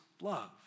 love